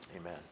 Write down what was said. Amen